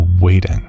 waiting